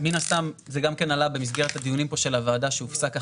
מן הסתם זה גם כן עלה במסגרת הדיונים פה של הוועדה כשהופסק החל"ת,